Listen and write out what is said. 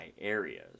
areas